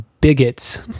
bigots